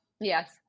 Yes